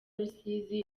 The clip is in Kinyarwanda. rusizi